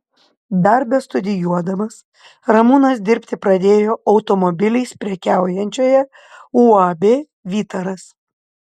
dar bestudijuodamas ramūnas dirbti pradėjo automobiliais prekiaujančioje uab vytaras